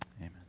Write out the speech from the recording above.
Amen